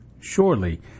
Surely